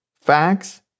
facts